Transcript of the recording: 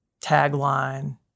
tagline